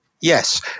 Yes